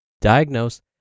diagnose